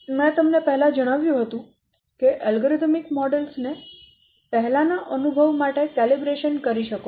મેં તમને પહેલા જણાવ્યું હતું કે તમે અલ્ગોરિધમ પદ્ધતિઓ ને પહેલા ના અનુભવ માટે કેલિબ્રેશન કરી શકો છો